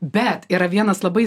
bet yra vienas labai